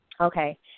Okay